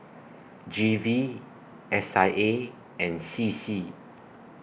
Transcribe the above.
G V S I A and C C